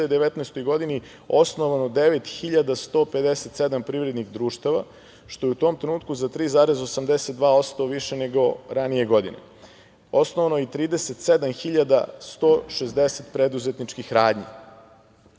2019. godini osnovano 9.157 privrednih društva, što je u tom trenutku za 3,82% više nego ranije godine, osnovano je i 37.160 preduzetničkih radnji.